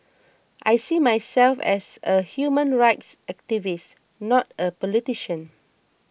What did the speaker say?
I see myself as a human rights activist not a politician